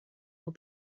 will